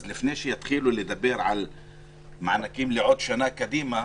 אז לפני שיתחילו לדבר על מענקים לעוד שנה קדימה,